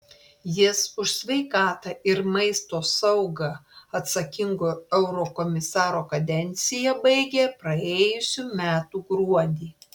jis už sveikatą ir maisto saugą atsakingo eurokomisaro kadenciją baigė praėjusių metų gruodį